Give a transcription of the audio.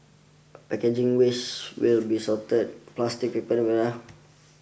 packaging waste will be sorted plastic paper